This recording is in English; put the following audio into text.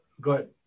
good